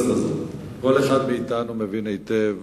כל אחד מאתנו מבין היטב